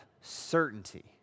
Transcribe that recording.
certainty